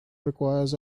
requires